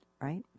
right